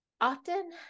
often